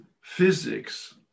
physics